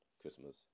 Christmas